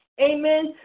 amen